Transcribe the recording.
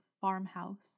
farmhouse